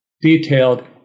detailed